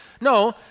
No